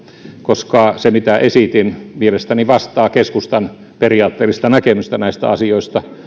koska se mitä esitin mielestäni vastaa keskustan periaatteellista näkemystä näistä asioista